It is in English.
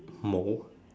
mold